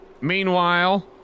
Meanwhile